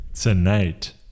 Tonight